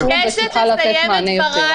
-- לקום ותוכל לתת מענה יותר רחב.